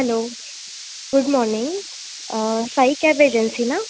hello good morning Sai cab agency ना